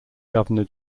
governor